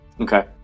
Okay